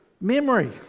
memory